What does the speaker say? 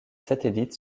satellite